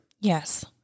Yes